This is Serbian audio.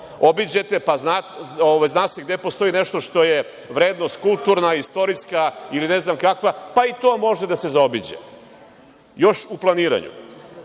obiđete, pa zna se gde postoji nešto što je vrednost kulturna, istorijska ili ne znam kakva, pa i to može da se zaobiđe još u planiranju. Pitanje